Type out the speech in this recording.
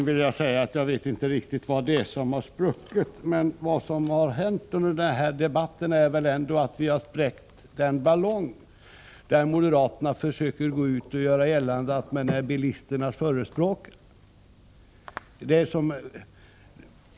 Herr talman! Jag vet inte riktigt vad det är som Görel Bohlin menar har spruckit. Det som har hänt under denna debatt är väl ändå att vi har spräckt en ballong genom att visa att moderaterna har fel när de går ut och försöker göra gällande att de är bilisternas förespråkare.